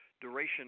duration